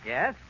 Yes